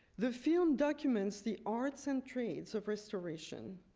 the film documents the arts and trades of restoration.